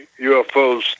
UFOs